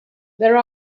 there